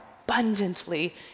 abundantly